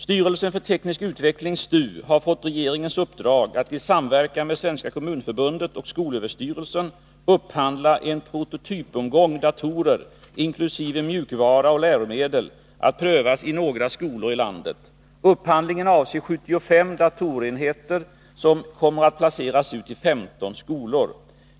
Styrelsen för teknisk utveckling har fått regeringens uppdrag att i samverkan med Svenska kommunförbundet och skolöverstyrelsen upphandla en prototypomgång datorer — inkl. mjukvara och läromedel — att prövas i några skolor i landet. Upphandlingen avser 75 datorenheter, som kommer att placeras ut i 15 skolor.